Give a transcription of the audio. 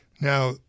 Now